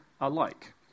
alike